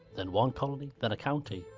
then one colony, then a county,